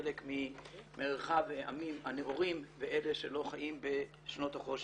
חלק ממרחב העמים הנאורים ואלה שלא חיים בשנות החושך.